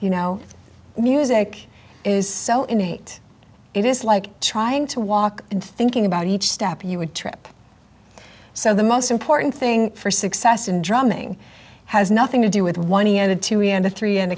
you know music is so innate it is like trying to walk and thinking about each step you would trip so the most important thing for success in drumming has nothing to do with one ear the two in the three and